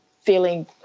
feeling